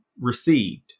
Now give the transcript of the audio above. received